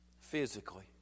Physically